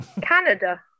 Canada